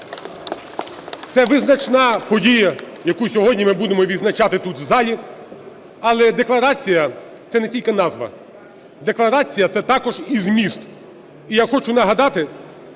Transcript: Це визначна подія, яку сьогодні ми будемо відзначати тут, в залі, але декларація – це не тільки назва, декларація – це також і зміст. І я хочу нагадати,